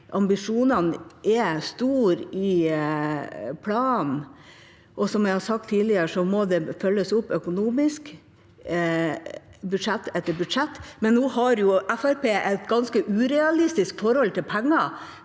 Ambisjonene er store i planen, og som jeg har sagt tidligere, må det følges opp økonomisk, budsjett etter budsjett. Fremskrittspartiet har jo et ganske urealistisk forhold til penger.